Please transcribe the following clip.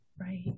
right